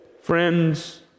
Friends